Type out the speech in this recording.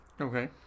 Okay